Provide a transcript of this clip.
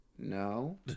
no